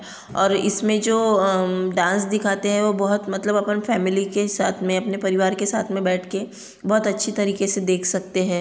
और इसमें जो डांस दिखाते हैं वो बहुत मतलब अपन फ़ैमिली के साथ में अपने परिवार के साथ में बैठ कर बहुत अच्छे तरीके से देख सकते हैं